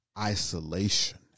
isolation